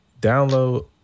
Download